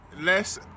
less